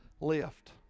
lift